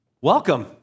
Welcome